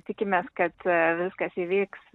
tikimės kad viskas įvyks